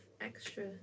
extra